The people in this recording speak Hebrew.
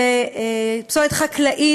של פסולת חקלאית,